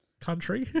country